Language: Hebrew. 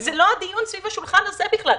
זה לא הדיון סביב השולחן הזה בכלל.